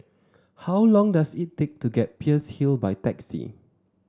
how long does it take to get Peirce Hill by taxi